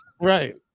Right